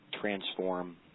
transform